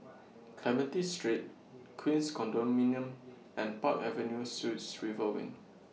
Clementi Street Queens Condominium and Park Avenue Suites River Wing